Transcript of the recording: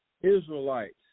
Israelites